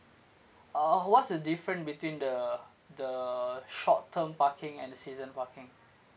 uh what's the different between the the short term parking and the season parking